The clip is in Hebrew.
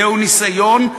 זהו ניסיון,